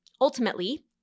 ultimately